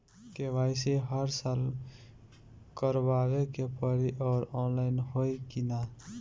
KYC हर साल करवावे के पड़ी और ऑनलाइन होई की ना?